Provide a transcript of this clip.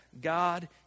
God